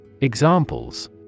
Examples